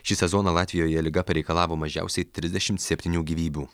šį sezoną latvijoje liga pareikalavo mažiausiai trisdešimt septynių gyvybių